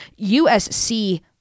USC